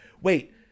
Wait